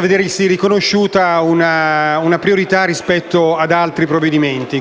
vedersi riconosciuta una priorità rispetto ad altri provvedimenti.